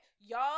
Y'all